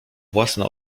własne